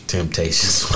Temptations